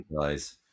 guys